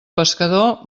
pescador